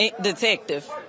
detective